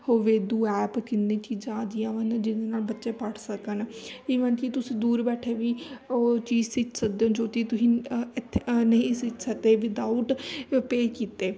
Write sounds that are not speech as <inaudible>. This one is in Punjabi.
ਹੋਵੇ <unintelligible> ਹਨ ਜਿਹਦੇ ਨਾਲ ਬੱਚੇ ਪੜ੍ਹ ਸਕਣ ਈਵਨ ਕਿ ਤੁਸੀਂ ਦੂਰ ਬੈਠੇ ਵੀ ਉਹ ਚੀਜ਼ ਸਿੱਖ ਸਕਦੇ ਹੋ ਜੋ ਚੀਜ਼ ਤੁਸੀਂ ਇੱਥੇ ਨਹੀਂ ਸਿੱਖ ਸਕਦੇ ਵਿਦਆਊਟ ਪੇਅ ਕੀਤੇ